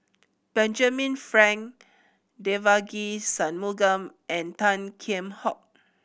Benjamin Frank Devagi Sanmugam and Tan Kheam Hock